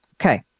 Okay